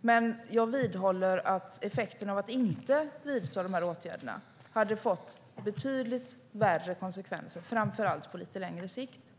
Men jag vidhåller att konsekvenserna av att inte vidta åtgärderna hade varit betydligt värre, framför allt på lite längre sikt.